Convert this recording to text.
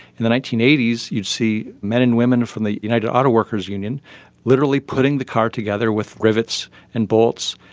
and the nineteen eighty s you see men and women from the united auto workers union literally putting the car together with rivets and bolts,